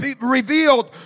revealed